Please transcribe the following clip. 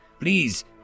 Please